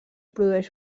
produeix